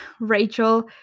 Rachel